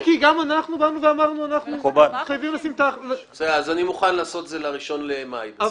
אני מוכן לקבוע 1 במאי.